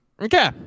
okay